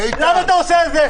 למה אתה עושה את זה?